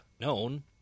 known